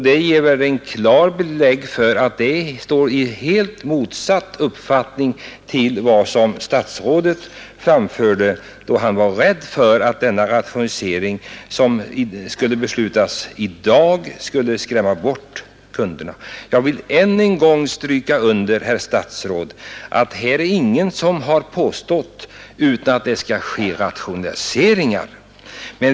Detta ger väl klart belägg för att man har en uppfattning som är helt motsatt den som statsrådet framförde då han sade sig vara rädd för att den rationalisering som skulle beslutas i dag skulle skrämma bort kunderna. Jag vill än en gång stryka under, herr statsråd, att ingen har påstått annat än att det skall vidtas rationaliseringar.